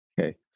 Okay